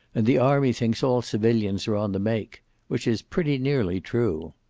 and the army thinks all civilians are on the make which is pretty nearly true.